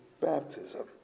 baptism